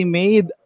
made